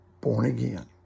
born-again